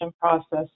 process